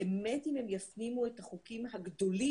באמת אם הוא יפנים את החוקים הגדולים,